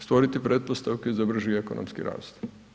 Stvoriti pretpostavke za brži ekonomski rast.